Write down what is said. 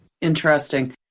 Interesting